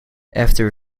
after